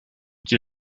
die